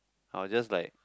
I will just like